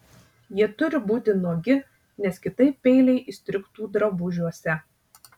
jie turi būti nuogi nes kitaip peiliai įstrigtų drabužiuose